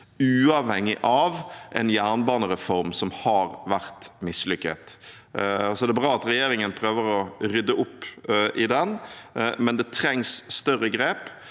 uavhengig av en jernbanereform som har vært mislykket. Det er bra at regjeringen prøver å rydde opp i den, men det trengs større grep.